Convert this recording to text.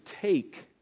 take